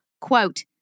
quote